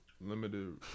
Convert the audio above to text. Limited